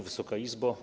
Wysoka Izbo!